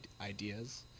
ideas